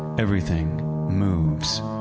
everything moves.